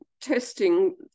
testing